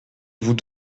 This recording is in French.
vous